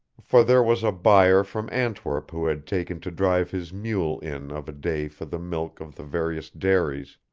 for there was a buyer from antwerp who had taken to drive his mule in of a day for the milk of the various dairies,